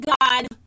God